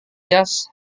jas